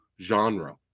genre